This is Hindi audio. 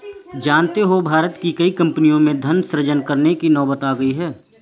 जानते हो भारत की कई कम्पनियों में धन सृजन करने की नौबत आ गई है